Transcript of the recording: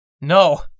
No